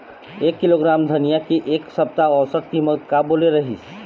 एक किलोग्राम धनिया के एक सप्ता औसत कीमत का बोले रीहिस?